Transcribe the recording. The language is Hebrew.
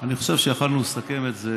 אני חושב שיכולנו לסכם את זה